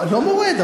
לא מורד,